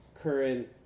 current